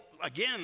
again